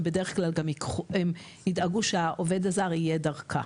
הם בדרך כלל גם ידאגו שהעובד הזר יהיה דרכה.